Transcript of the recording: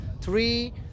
three